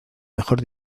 mejor